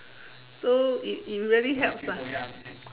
so it it really helps lah